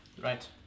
Right